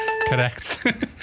Correct